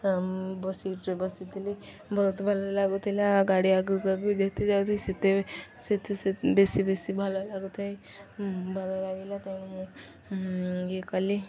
ସିଟରେ ବସିଥିଲି ବହୁତ ଭଲ ଲାଗୁଥିଲା ଗାଡ଼ି ଆଗକୁ ଆଗକୁ ଯେତେ ଯାଉଥାଏ ସେତେ ସେତେ ବେଶୀ ବେଶୀ ଭଲ ଲାଗୁଥାଏ ଭଲ ଲାଗିଲା ତେଣୁ ମୁଁ ଇଏ କଲି